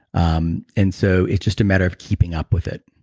um and so, it's just a matter of keeping up with it,